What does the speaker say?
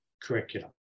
curriculum